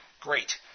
great